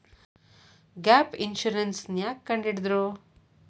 Gap insurance ನ್ಯಾಕ್ ಕಂಢಿಡ್ದ್ರು?